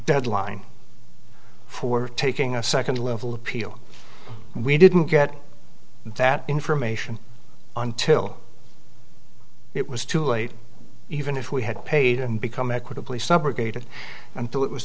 deadline for taking a second level of appeal we didn't get that information until it was too late even if we had paid and become equitably subrogated until it was